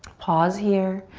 pause here.